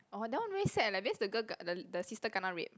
orh that one very sad leh because the girl ke~ the sister kena rape